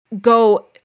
go